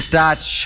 touch